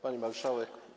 Pani Marszałek!